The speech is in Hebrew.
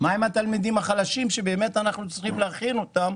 מה עם התלמידים החלשים שבאמת אנחנו צריכים להכין אותם